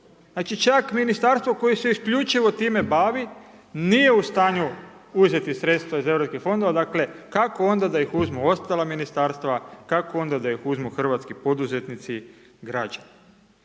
Znači čak Ministarstvo koje se isključivo time bavi, nije u stanju uzeti sredstva iz europskih fondova, dakle, kako onda da ih uzmu ostala Ministarstva, kako onda da ih uzmu hrvatski poduzetnici, građani?